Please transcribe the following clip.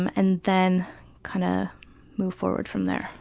and then kind of move forward from there.